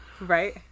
Right